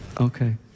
Okay